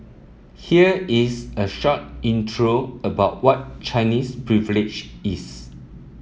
here is a short intro about what Chinese Privilege is